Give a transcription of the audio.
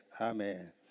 Amen